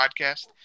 podcast